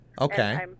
Okay